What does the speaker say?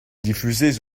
diffuser